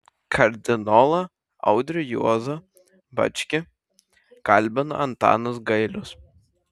kardinolą audrį juozą bačkį kalbina antanas gailius